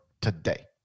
today